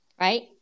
right